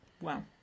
Wow